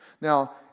Now